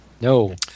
No